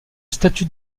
statut